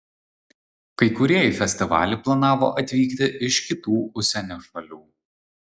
kai kurie į festivalį planavo atvykti iš kitų užsienio šalių